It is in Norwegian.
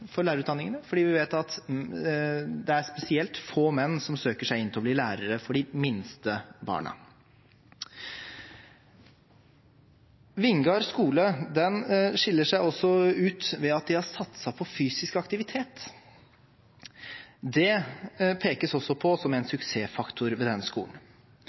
for lærerutdanningene, fordi vi vet at det er spesielt få menn som søker seg inn for å bli lærere for de minste barna. Vingar skole skiller seg også ut ved at de har satset på fysisk aktivitet. Det pekes også på som en suksessfaktor ved denne skolen.